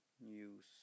news